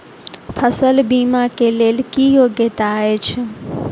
फसल बीमा केँ लेल की योग्यता अछि?